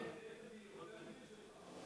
חברים שלי,